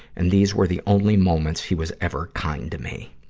and these were the only moments he was ever kind to me.